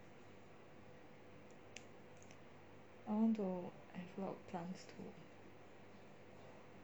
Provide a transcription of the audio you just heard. I want to I have a lot of plants too